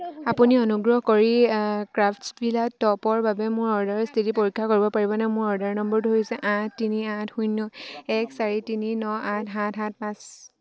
আপুনি অনুগ্ৰহ কৰি ক্ৰাফ্টছভিলাত টপৰ বাবে মোৰ অৰ্ডাৰৰ স্থিতি পৰীক্ষা কৰিব পাৰিবনে মোৰ অৰ্ডাৰ নম্বৰটো হৈছে আঠ তিনি আঠ শূন্য এক চাৰি তিনি ন আঠ সাত সাত পাঁচ